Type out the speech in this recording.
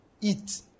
Eat